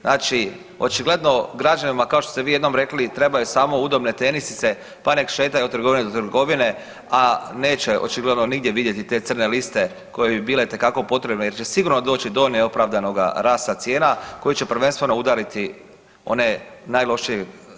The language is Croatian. Znači očigledno građanima kao što ste vi jednom rekli trebaju samo udobne tenisice, pa nek šetaju od trgovine do trgovine, a neće očigledno nigdje vidjeti te crne liste koje bi bile itekako potrebne jer će sigurno doći do neopravdanoga rasta cijena koje će prvenstveno udariti one najlošijeg standarda u Hrvatskoj.